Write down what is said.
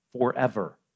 Forever